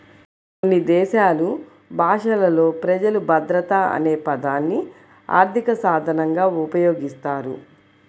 కొన్ని దేశాలు భాషలలో ప్రజలు భద్రత అనే పదాన్ని ఆర్థిక సాధనంగా ఉపయోగిస్తారు